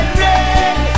red